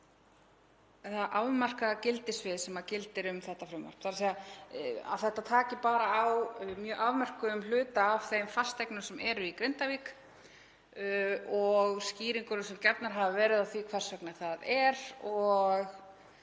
það afmarkaða gildissvið sem gildir um þetta frumvarp, að þetta taki bara á mjög afmörkuðum hluta af þeim fasteignum sem eru í Grindavík og skýringar sem gefnar hafa verið á því hvers vegna það er